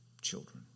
children